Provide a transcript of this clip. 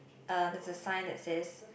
uh there's a sign that says